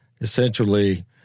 essentially